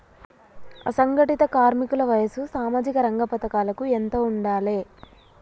అసంఘటిత కార్మికుల వయసు సామాజిక రంగ పథకాలకు ఎంత ఉండాలే?